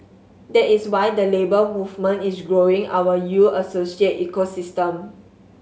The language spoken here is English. that is why the Labour Movement is growing our U Associate ecosystem